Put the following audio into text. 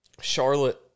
Charlotte